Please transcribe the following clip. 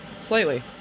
slightly